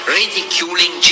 ridiculing